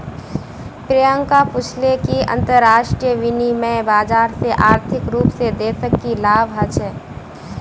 प्रियंका पूछले कि अंतरराष्ट्रीय विनिमय बाजार से आर्थिक रूप से देशक की लाभ ह छे